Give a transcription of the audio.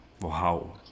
Wow